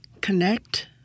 connect